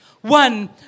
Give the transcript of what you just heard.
One